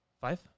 Five